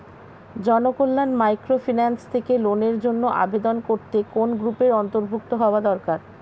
Janakalyan microfinance থেকে লোনের জন্য আবেদন করতে কোন গ্রুপের অন্তর্ভুক্ত হওয়া দরকার?